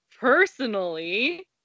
personally